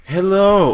Hello